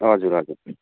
हजुर हजुर